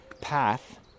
path